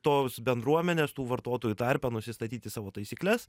tos bendruomenės tų vartotojų tarpe nusistatyti savo taisykles